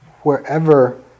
wherever